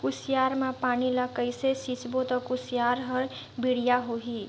कुसियार मा पानी ला कइसे सिंचबो ता कुसियार हर बेडिया होही?